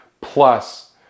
plus